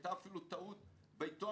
היתה אפילו טעות בעיתון,